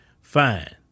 fine